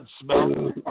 smell